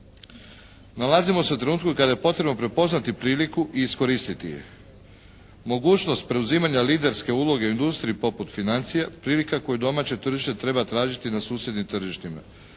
Nalazimo se u trenutku kada je potrebno prepoznati priliku i iskoristiti je. Mogućnost preuzimanja liderske uloge u industriji poput financija, prilike koju domaće tržište treba tražiti na susjednim tržištima.